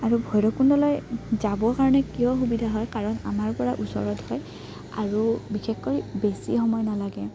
আৰু ভৈৰৱকুণ্ডলৈ যাবৰ কাৰণে কিয় সুবিধা হয় কাৰণ আমাৰ পৰা ওচৰত হয় আৰু বিশেষকৈ বেছি সময় নালাগে